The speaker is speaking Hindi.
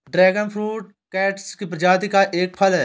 ड्रैगन फ्रूट कैक्टस की प्रजाति का एक फल है